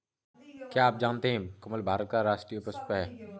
क्या आप जानते है कमल भारत का राष्ट्रीय पुष्प है?